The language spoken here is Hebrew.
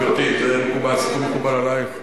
גברתי, הסיכום מקובל עלייך?